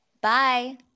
Bye